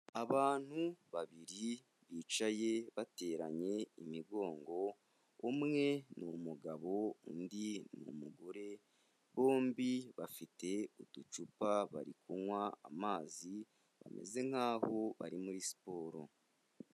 Abantu babiri bicaye bateranye imigongo, umwe ni umugabo undi ni umugore, bombi bafite uducupa bari kunywa amazi, bameze nk'aho bari muri siporo.